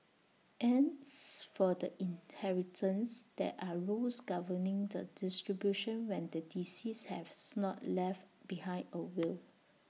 as for the inheritance there are rules governing the distribution when the deceased have's not left behind A will